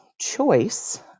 choice